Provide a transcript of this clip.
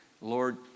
Lord